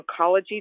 oncology